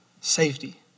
safety